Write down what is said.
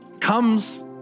comes